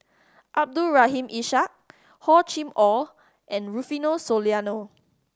Abdul Rahim Ishak Hor Chim Or and Rufino Soliano